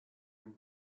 and